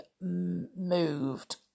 moved